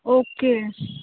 okay